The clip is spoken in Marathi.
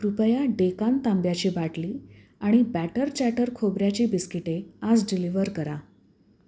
कृपया डेकान तांब्याची बाटली आणि बॅटर चॅटर खोबऱ्याची बिस्किटे आज डिलिव्हर करा